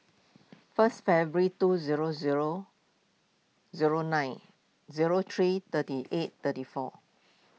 first February two zero zero zero nine zero three thirty eight thirty four